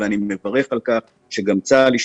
צה"ל.